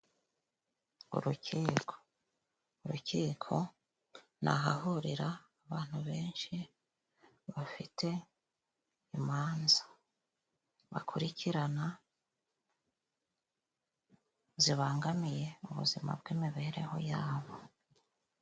Urukiko. Uurukiko ni ahahurira abantu benshi bafite imanza bakurikirana zibangamiye ubuzima bw'imibereho yabo.